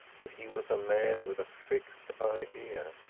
but he was a man with a fixed idea.